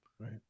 Right